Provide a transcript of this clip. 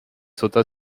sauta